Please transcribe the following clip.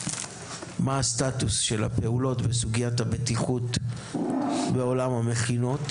הסטטוס של הפעולות וסוגיית הבטיחות בעולם המכינות,